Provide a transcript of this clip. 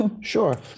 Sure